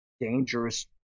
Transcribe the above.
dangerous